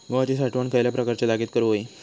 गव्हाची साठवण खयल्या प्रकारच्या जागेत करू होई?